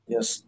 Yes